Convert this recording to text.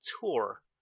tour